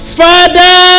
father